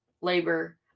labor